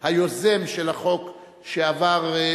היוזם של החוק שעבר.